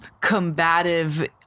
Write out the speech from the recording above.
combative